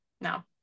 No